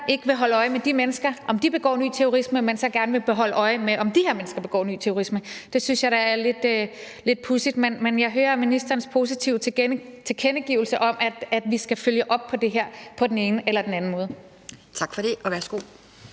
ikke vil holde øje med, om de mennesker begår ny terrorisme, men gerne vil holde øje med om de her mennesker begår ny terrorisme. Det synes jeg da er lidt pudsigt. Men jeg hører ministerens positive tilkendegivelse af, at vi skal følge op på det her på den ene eller den anden måde. Kl. 12:03 Anden